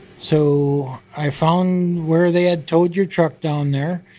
so i found where they had towed your truck down there.